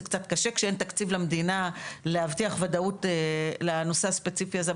זה קצת קשה כשאין תקציב למדינה להבטיח ודאות לנושא הספציפי הזה,